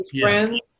friends